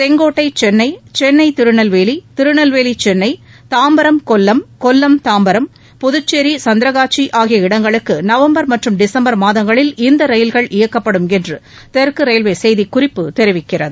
செங்கோட்டை சென்னை சென்னை திருநெல்வேலி திருநெல்வேலி சென்னை தாம்பரம் கொல்லம் கொல்லம் தாம்பரம் புதுச்சேரி சந்திரகாச்சி ஆகிய இடங்களுக்கு நவம்பர் மற்றும் டிசம்பர் மாதங்களில் இந்த ரயில்கள் இயக்கப்படும் என்று தெற்கு ரயில்வே செய்திக்குறிப்பு தெரிவிக்கிறது